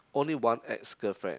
only one ex girlfriend